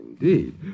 indeed